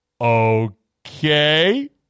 Okay